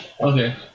Okay